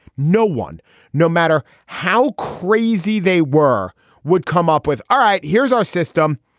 no one no matter how crazy they were would come up with. all right. here's our system.